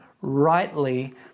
rightly